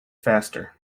faster